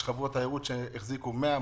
יש חברות תיירות שהחזיקו 100,